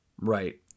Right